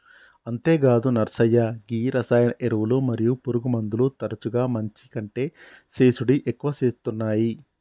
అంతేగాదు నర్సయ్య గీ రసాయన ఎరువులు మరియు పురుగుమందులు తరచుగా మంచి కంటే సేసుడి ఎక్కువ సేత్తునాయి